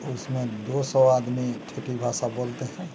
तो उसमें दो सौ आदमी ठेठी भाषा बोलते हैं